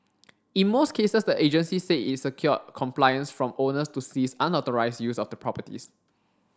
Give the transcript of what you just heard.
in most cases the agency said it secured compliance from owners to cease unauthorised use of the properties